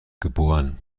geboren